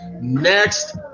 next